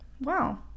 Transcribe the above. Wow